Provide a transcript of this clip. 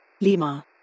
Lima